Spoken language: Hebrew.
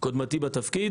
קודמתי בתפקיד.